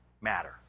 matter